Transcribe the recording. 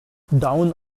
down